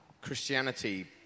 Christianity